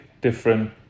different